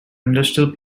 industrial